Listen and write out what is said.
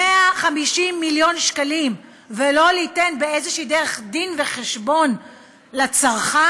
150 מיליון שקלים ולא ליתן באיזו דרך דין-וחשבון לצרכן,